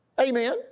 Amen